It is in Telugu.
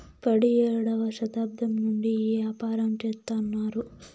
పడియేడవ శతాబ్దం నుండి ఈ యాపారం చెత్తన్నారు